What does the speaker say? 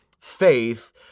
faith